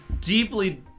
deeply